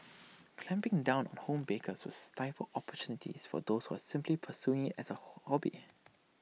clamping down on home bakers would stifle opportunities for those who simply pursuing IT as A hobby